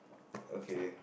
okay